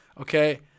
Okay